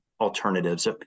alternatives